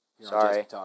Sorry